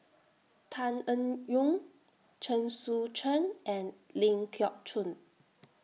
Tan Eng Yoon Chen Sucheng and Ling Geok Choon